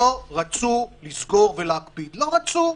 לא רצו לסגור ולהקפיד, לא רצו.